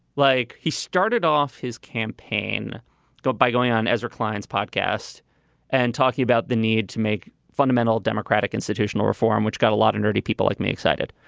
like he started off his campaign by going on as reclines podcast and talking about the need to make fundamental democratic institutional reform, which got a lot of nerdy people like me excited.